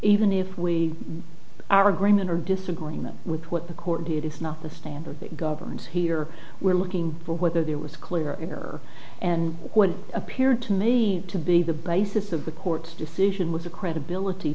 even if we are agreement or disagreement with what the court did is not the standard that governs here we're looking for whether there was clear error and what appeared to me to be the basis of the court's decision was a credibility